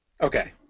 Okay